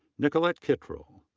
nicolette kittrell.